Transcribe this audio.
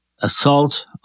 assault